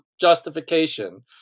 justification